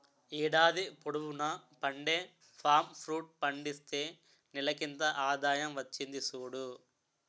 ఏడాది పొడువునా పండే పామ్ ఫ్రూట్ పండిస్తే నెలకింత ఆదాయం వచ్చింది సూడు